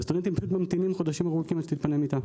וסטודנטים ממתינים חודשים ארוכים עד שתתפנה מיטה.